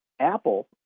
Apple